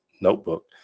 notebook